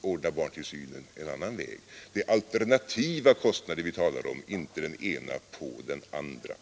ordna barntillsynen på en annan väg. Det är alternativa kostnader vi talar om, inte den ena kostnaden lagd på den andra.